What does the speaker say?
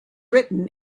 written